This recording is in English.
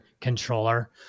controller